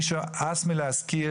הס מלהזכיר,